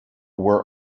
were